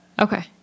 Okay